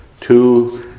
two